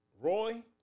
Roy